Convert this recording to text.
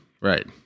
Right